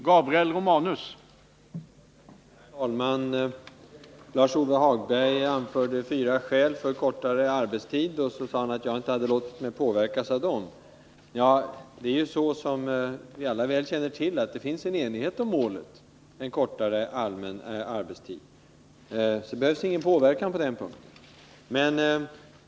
Herr talman! Lars-Ove Hagberg anförde fyra skäl för kortare arbetstid och sade att jag inte lät mig påverkas av dem. Som vi alla väl känner till, råder det enighet om målet allmän arbetstidsförkortning, och det behövs alltså inte någon påverkan på den punkten.